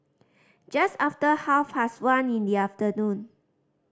just after half past one in the afternoon